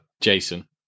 Jason